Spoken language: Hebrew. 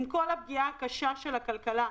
עם כל הפגיעה הקשה בכלכלה,